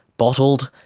bottled,